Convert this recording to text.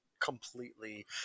completely